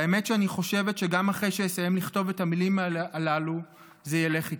והאמת שאני חושבת שגם אחרי שאסיים לכתוב את המילים הללו זה ילך איתי.